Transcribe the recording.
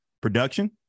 production